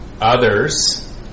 Others